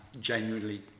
genuinely